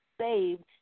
saved